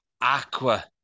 Aqua